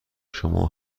شما